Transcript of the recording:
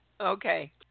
Okay